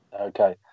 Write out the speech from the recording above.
Okay